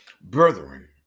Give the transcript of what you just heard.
Brethren